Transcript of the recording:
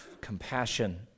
compassion